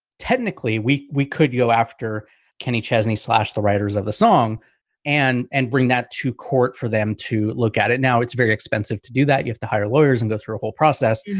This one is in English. technically, we we could go after kenny chesney slash the writers of the song and and bring that to court for them to look at it now it's very expensive to do that you have to hire lawyers and go through a whole process.